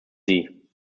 sie